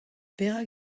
perak